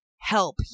help